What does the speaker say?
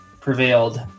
prevailed